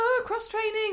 cross-training